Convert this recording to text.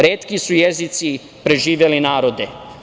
Retki su jezici preživeli narode.